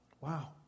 Wow